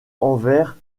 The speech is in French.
envers